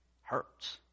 hurts